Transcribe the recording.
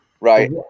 Right